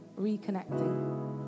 reconnecting